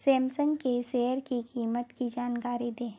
Samsung के share की कीमत की जानकारी दें